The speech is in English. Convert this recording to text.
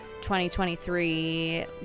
2023